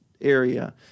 area